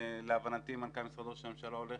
להבנתי מנכ"ל משרד ראש הממשלה עומד